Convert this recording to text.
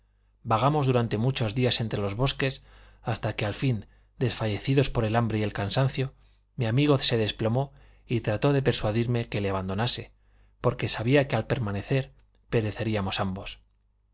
vagamos durante muchos días entre los bosques hasta que al fin desfallecidos por el hambre y el cansancio mi amigo se desplomó y trató de persuadirme que le abandonase porque sabía que al permanecer pereceríamos ambos